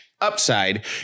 upside